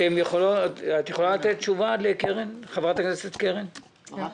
האם את יכולה לתת תשובה לחברת הכנסת קרן ברק?